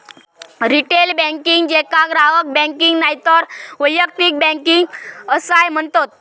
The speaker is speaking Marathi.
रिटेल बँकिंग, जेका ग्राहक बँकिंग नायतर वैयक्तिक बँकिंग असाय म्हणतत